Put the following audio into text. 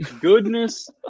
Goodness